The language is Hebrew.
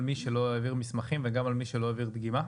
מי שלא העביר מסמכים וגם על מי שלא העביר דגימה?